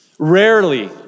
Rarely